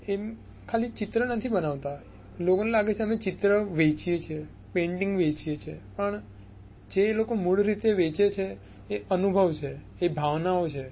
એમ ખાલી ચિત્ર નથી બનાવતા લોકોને લાગે છે અમે ચિત્ર વેચીએ છીએ પેંટિંગ વેચીએ છીએ પણ જે લોકો મૂળ રીતે વેચે છે એ અનુભવ છે એ ભાવનાઓ છે